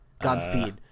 Godspeed